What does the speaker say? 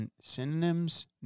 synonyms